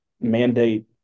mandate